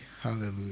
Hallelujah